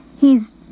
He's